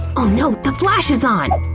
oh no! the flash is on!